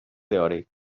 teòrics